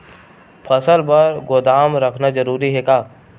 फसल बर गोदाम रखना जरूरी हे का?